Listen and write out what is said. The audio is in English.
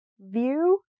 view